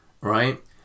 Right